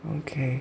okay